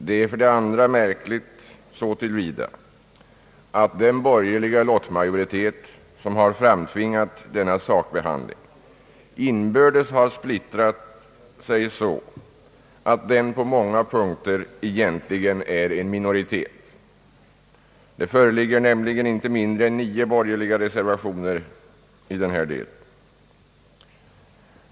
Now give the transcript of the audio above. Det är för det andra märkligt så till vida som den borgerliga lottmajoritet som framtvingat denna sakbehandling inbördes har splittrat sig så att den på många punkter egentligen är en minoritet. Det föreligger nämligen inte mindre än nio borgerliga reservationer i denna del.